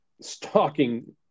stalking